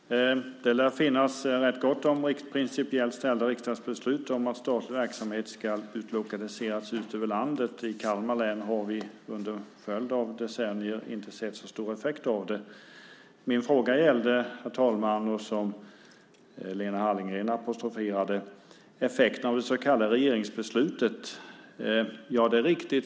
Herr talman! Det lär finnas rätt gott om principiellt fattade riksdagsbeslut om att statlig verksamhet ska lokaliseras ut över landet. I Kalmar län har vi under en följd av decennier inte sett så stor effekt av dem. Herr talman! Min fråga gäller det som Lena Hallengren apostroferade, nämligen effekten av det så kallade regeringsbeslutet.